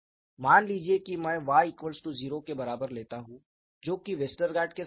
मान लीजिए कि मैं Y0 के बराबर लेता हूं जो कि वेस्टरगार्ड के समान ही है